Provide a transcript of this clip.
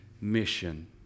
mission